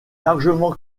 largement